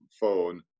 phone